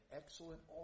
excellent